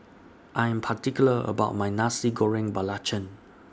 I'm particular about My Nasi Goreng Belacan